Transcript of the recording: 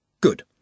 Good